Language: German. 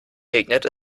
regnet